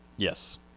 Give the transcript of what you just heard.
Yes